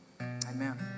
amen